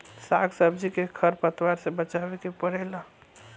साग सब्जी के खर पतवार से बचावे के पड़ेला